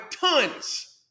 tons